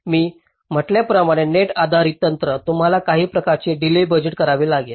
मी म्हटल्या प्रमाणे नेट आधारित तंत्र तुम्हाला काही प्रकारचे डीलेय बजेट करावे लागेल